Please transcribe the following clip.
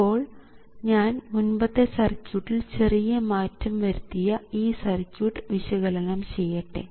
ഇപ്പോൾ ഞാൻ മുൻപത്തെ സർക്യൂട്ടിൽ ചെറിയ മാറ്റം വരുത്തിയ ഈ സർക്യൂട്ട് വിശകലനം ചെയ്യട്ടെ